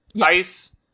ice